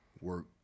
work